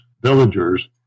villagers